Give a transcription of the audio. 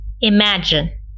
imagine